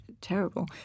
terrible